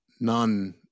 none